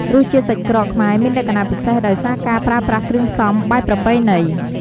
រសជាតិសាច់ក្រកខ្មែរមានលក្ខណៈពិសេស ដោយសារការប្រើប្រាស់គ្រឿងផ្សំបែបប្រពៃណី។